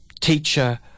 teacher